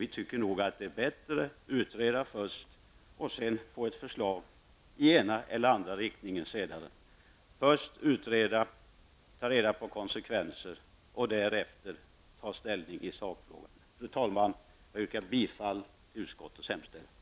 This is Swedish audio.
Vi tycker nog att det är bättre att först utreda för att sedan få ett förslag i den ena eller den andra riktningen. Alltså: först utreda och ta reda på konsekvenser och därefter ta ställning i sakfrågan. Fru talman! Jag yrkar bifall till utskottets hemställan.